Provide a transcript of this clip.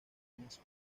húmedos